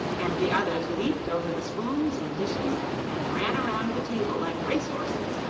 and the others leaped over the spoons and dishes and ran around the table like race-horses,